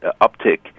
uptick